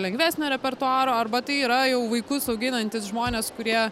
lengvesnio repertuaro arba tai yra jau vaikus auginantys žmonės kurie